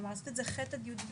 כלומר לעשות את זה ח' עד י"ב.